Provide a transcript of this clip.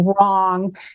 wrong